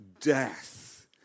death